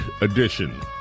edition